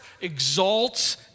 exalts